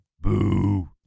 Boo